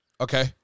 Okay